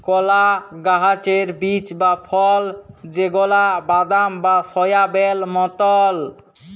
কলা গাহাচের বীজ বা ফল যেগলা বাদাম বা সয়াবেল মতল